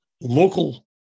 local